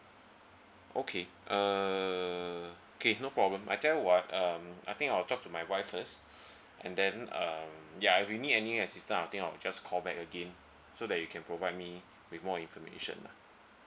okay uh okay no problem I tell you what um I think I'll talk to my wife first and then um ya if we need any assistance I think I'll just call back again so that you can provide me with more information lah